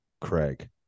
Craig